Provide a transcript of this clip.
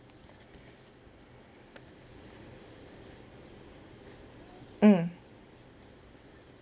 mm